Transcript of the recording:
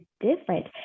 different